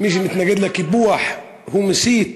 ----- ומי שמתנגד לקיפוח הוא מסית.